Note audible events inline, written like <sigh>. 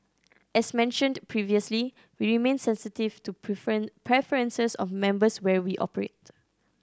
as mentioned previously we remain sensitive to <unintelligible> preferences of members where we operate